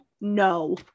no